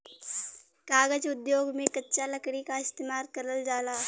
कागज उद्योग में कच्चा लकड़ी क इस्तेमाल करल जाला